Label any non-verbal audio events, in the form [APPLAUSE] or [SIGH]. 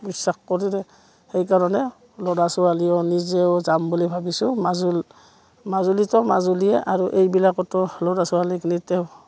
বিশ্বাস কৰিলে সেইকাৰণে ল'ৰা ছোৱালীয়েও নিজেও যাম বুলি ভাবিছোঁ মাজুলীতো মাজুলীয়ে আৰু এইবিলাকতো ল'ৰা ছোৱালী [UNINTELLIGIBLE]